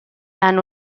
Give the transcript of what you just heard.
tan